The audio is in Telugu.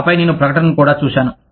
ఆపై నేను ప్రకటనను చూశాను